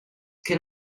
che